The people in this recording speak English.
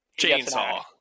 Chainsaw